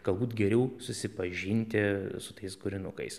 galbūt geriau susipažinti su tais kūrinukais